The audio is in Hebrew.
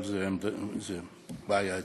אבל זו בעיה אצלם.